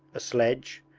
a sledge,